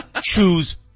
Choose